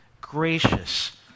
gracious